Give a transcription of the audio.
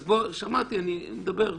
נדבר.